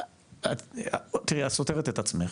תראי, את סותרת את עצמך,